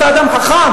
אתה אדם חכם,